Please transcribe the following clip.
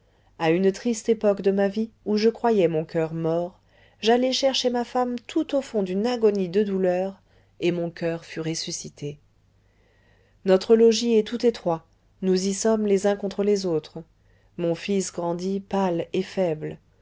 a une triste époque de ma vie où je croyais mon coeur mort j'allai chercher ma femme tout au fond d'une agonie de douleurs et mon coeur fut ressuscité notre logis est tout étroit nous y sommes les uns contre les autres mon fils grandit pâle et faible